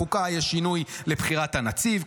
בחוקה יש שינוי בבחירת הנציב,